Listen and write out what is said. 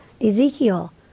Ezekiel